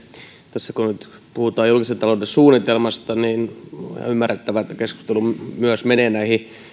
tässä kun nyt puhutaan julkisen talouden suunnitelmasta niin on ymmärrettävää että keskustelu myös menee näihin